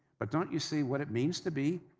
but don't you see what it means to be,